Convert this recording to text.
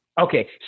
Okay